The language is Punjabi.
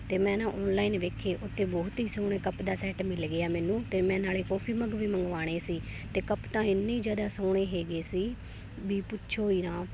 ਅਤੇ ਮੈਂ ਨਾ ਓਨਲਾਈਨ ਵੇਖੇ ਉੱਥੇ ਬਹੁਤ ਹੀ ਸੋਹਣੇ ਕੱਪ ਦਾ ਸੈੱਟ ਮਿਲ ਗਿਆ ਮੈਨੂੰ ਅਤੇ ਮੈਂ ਨਾਲ ਕੋਫੀ ਮਗ ਵੀ ਮੰਗਵਾਉਣੇ ਸੀ ਅਤੇ ਕੱਪ ਤਾਂ ਇੰਨੇ ਜ਼ਿਆਦਾ ਸੋਹਣੇ ਹੈਗੇ ਸੀ ਵੀ ਪੁੱਛੋ ਹੀ ਨਾ